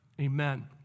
Amen